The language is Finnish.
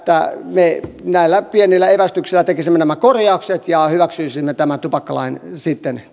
me näillä pienillä evästyksillä tekisimme nämä korjaukset ja hyväksyisimme tämän tupakkalain sitten